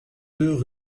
deux